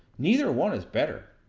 neither one is better.